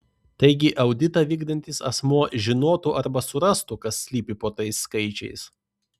taigi auditą vykdantis asmuo žinotų arba surastų kas slypi po tais skaičiais